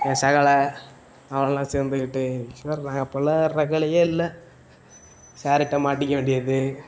என் சகலை அவனல்லாம் சேர்ந்துக்கிட்டு நாங்கள் பண்ணாத ரகளையே இல்லை சாருகிட்ட மாட்டிக்க வேண்டியது